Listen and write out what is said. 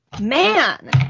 Man